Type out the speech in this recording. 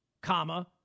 comma